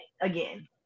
again